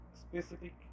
specific